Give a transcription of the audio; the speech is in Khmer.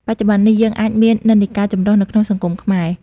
បច្ចុប្បន្ននេះ យើងឃើញមាននិន្នាការចម្រុះនៅក្នុងសង្គមខ្មែរ។